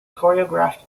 choreographed